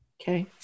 okay